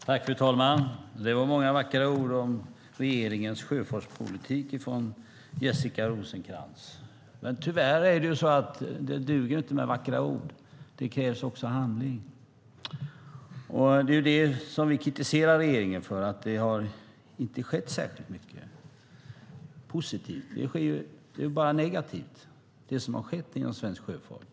Fru talman! Det var många vackra ord om regeringens sjöfartspolitik från Jessica Rosencrantz. Men tyvärr duger det inte med vackra ord. Det krävs också handling. Det är det som vi kritiserar regeringen för, att det inte har skett särskilt mycket positivt. Det är bara negativt, det som har skett inom svensk sjöfart.